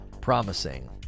promising